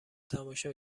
تماشا